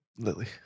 Lily